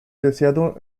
deseado